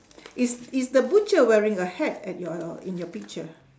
is is the butcher wearing a hat at your your in your picture